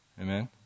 Amen